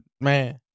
Man